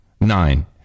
nine